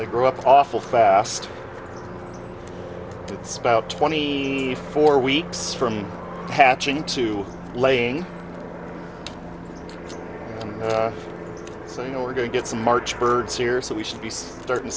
they grew up awful fast it's about twenty four weeks from hatching to laying so you know we're going to get some march birds here so we should be starting to